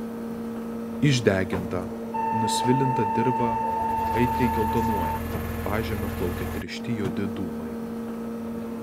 išdeginta nusvilinta dirva aitriai geltonuoja pažeme plaukia tiršti juodi dūmai